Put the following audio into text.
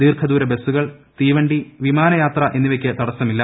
ദീർഘദൂര ബസുകൾ തീവണ്ടി വിമാനയാത്ര എന്നിവയ്ക്ക് തടസ്സമില്ല